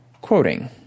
Quoting